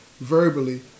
verbally